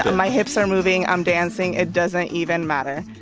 my hips are moving. i'm dancing. it doesn't even matter.